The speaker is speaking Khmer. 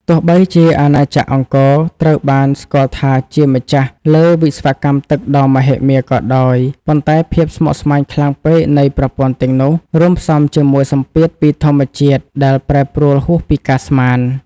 ទោះបីជាអាណាចក្រអង្គរត្រូវបានស្គាល់ថាជាម្ចាស់លើវិស្វកម្មទឹកដ៏មហិមាក៏ដោយ ប៉ុន្តែភាពស្មុគស្មាញខ្លាំងពេកនៃប្រព័ន្ធទាំងនោះ រួមផ្សំជាមួយសម្ពាធពីធម្មជាតិដែលប្រែប្រួលហួសពីការស្មាន។